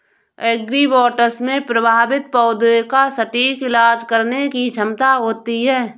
agribots में प्रभावित पौधे का सटीक इलाज करने की क्षमता होती है